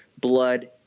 blood